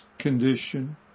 condition